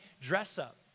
dress-up